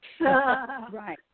Right